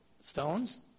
stones